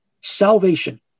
salvation